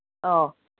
ꯑꯧ